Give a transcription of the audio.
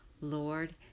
Lord